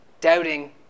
doubting